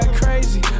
crazy